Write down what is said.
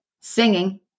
Singing